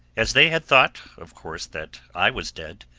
as they had thought, of course, that i was dead,